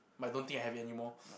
but I don't think I have it anymore